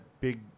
big